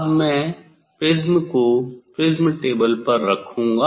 अब मैं प्रिज्म को प्रिज्म टेबल पर रखूंगा